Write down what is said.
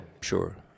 sure